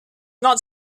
not